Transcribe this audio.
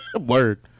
Word